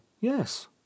yes